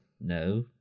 no